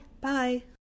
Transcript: Bye